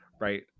right